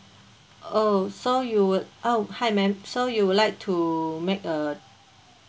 oh so you would oh hi madam so you would like to make a